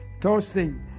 toasting